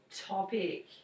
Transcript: Topic